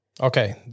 Okay